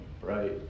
right